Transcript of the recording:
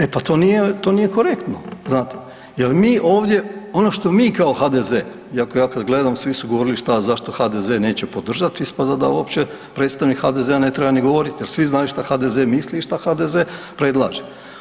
E pa to nije korektno, znate jer mi ovdje, ono što mi kao HDZ, iako ja kad gledam, svi su govorili, šta, zašto HDZ neće podržati, ispada da uopće predstavnik HDZ-a ne treba ni govoriti jer svi znaju što HDZ misli i šta HDZ predlaže.